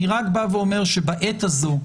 אני רק אומר שבעת הזו,